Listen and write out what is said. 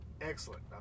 excellent